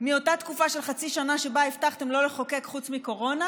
מאותה תקופה של חצי שנה שבה הבטחתם לא לחוקק חוץ מקורונה,